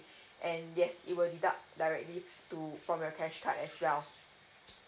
and yes it was deduct directly to from your cash card as well